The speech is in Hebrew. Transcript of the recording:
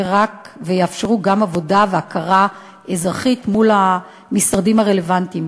ויאפשרו גם עבודה והכרה אזרחית מול המשרדים הרלוונטיים.